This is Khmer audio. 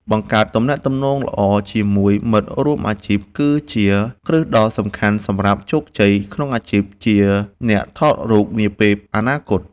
បង្កើតទំនាក់ទំនងល្អជាមួយមិត្តរួមអាជីពគឺជាគ្រឹះដ៏សំខាន់សម្រាប់ជោគជ័យក្នុងអាជីពជាអ្នកថតរូបនាពេលអនាគត។